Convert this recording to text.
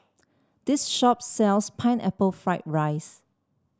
this shop sells Pineapple Fried Rice